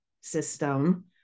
system